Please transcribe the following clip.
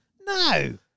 No